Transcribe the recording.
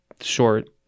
short